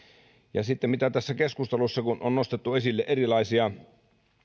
sitten kun tässä keskustelussa on nostettu esille erilaisia